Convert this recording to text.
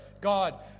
God